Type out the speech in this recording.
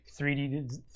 3D